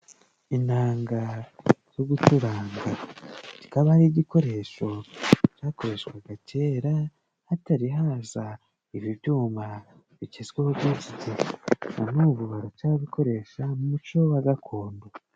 Inanga zo gucuranga. Kikaba ari igikoresho cakoreshwaga kera hatari haza ibi byuma bigezweho by'iki gihe. Na n'ubu baracabikoresha mu muco wa gakondo.